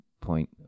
point